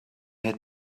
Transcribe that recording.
had